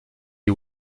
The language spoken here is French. des